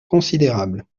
considérable